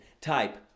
Type